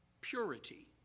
Purity